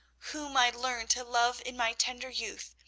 whom i learned to love in my tender youth,